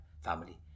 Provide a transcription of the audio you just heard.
family